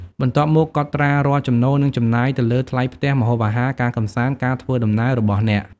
បន្ទាប់មកកត់ត្រារាល់ចំណូល និងចំណាយ ទៅលើ ថ្លៃផ្ទះ ម្ហូបអាហារ ការកម្សាន្ត ការធ្វើដំណើរ របស់អ្នក។